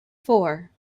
four